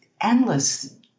endless